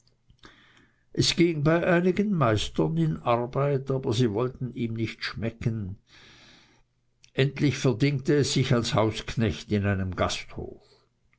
es ging bei einigen meistern in arbeit aber sie wollte ihm nicht schmecken endlich verdingte es sich als hausknecht in einem gasthof